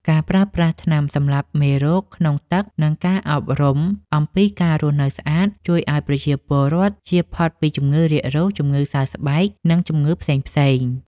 ការប្រើប្រាស់ថ្នាំសម្លាប់មេរោគក្នុងទឹក និងការអប់រំអំពីការរស់នៅស្អាត ជួយឱ្យប្រជាពលរដ្ឋជៀសផុតពីជំងឺរាករូស ជំងឺសើស្បែក និងជំងឺផ្សេងៗ។